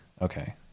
Okay